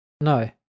No